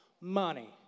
Money